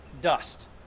Dust